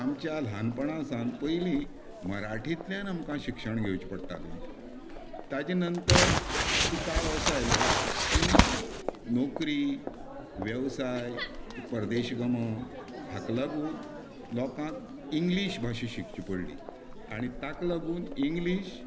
आमच्या ल्हानपणासावन पयलीं मराठींतल्यान आमकां शिक्षण घेवचें पडटालें ताचे नंतरचो काळ असो आयलो की नोकरी वेवसाय परदेशीगमो हाका लागून लोकांक इंग्लिश भाशा शिकची पडली आनी ताका लागून इंग्लिश